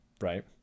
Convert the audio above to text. right